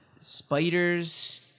Spiders